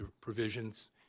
provisions